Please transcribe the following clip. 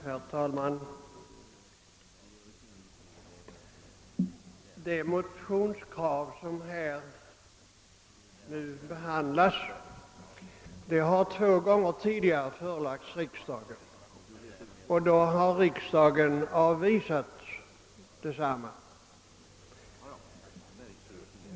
Herr talman! Det motionskrav som nu behandlas har två gånger tidigare förelagts riksdagen. Riksdagen har då avvisat detsamma.